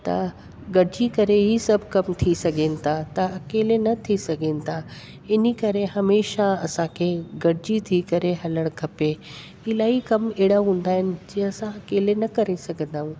त गॾजी करे ई सभु कम थी सघनि था कि न इनी करे हमेशह असांखे गॾजी करे हलण खपे इलाई कमु अहिड़ा हूंदा आहिनि जे असां अकेले न करे सघंदा आहिनि